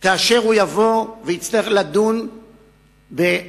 כאשר הוא יבוא ויצטרך לדון בהגשת